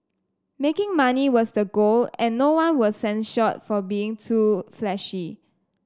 making money was the goal and no one was censured for being too flashy